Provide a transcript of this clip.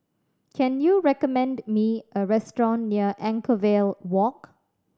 can you recommend me a restaurant near Anchorvale Walk